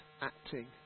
acting